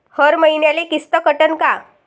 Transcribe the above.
हर मईन्याले किस्त कटन का?